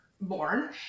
born